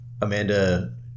Amanda